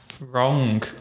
Wrong